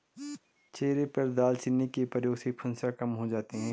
चेहरे पर दालचीनी के प्रयोग से फुंसियाँ कम हो जाती हैं